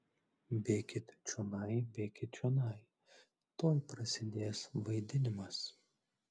bėkit čionai bėkit čionai tuoj prasidės vaidinimas